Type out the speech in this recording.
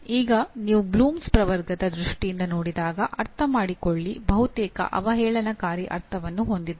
ಈಗ ನೀವು ಬ್ಲೂಮ್ಸ್ ಪ್ರವರ್ಗದ ದೃಷ್ಟಿಯಿಂದ ನೋಡಿದಾಗ ಅರ್ಥಮಾಡಿಕೊಳ್ಳಿ ಬಹುತೇಕ ಅವಹೇಳನಕಾರಿ ಅರ್ಥವನ್ನು ಹೊಂದಿದೆ